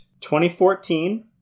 2014